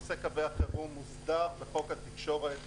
נושא קווי החירום מוסדר בחוק התקשורת.